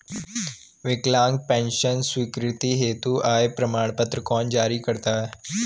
विकलांग पेंशन स्वीकृति हेतु आय प्रमाण पत्र कौन जारी करता है?